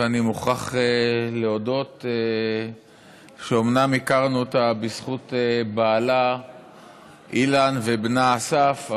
ואני מוכרח להודות שאומנם הכרנו אותה בזכות בעלה אילן ובנה אסף,